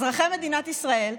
אזרחי מדינת ישראל,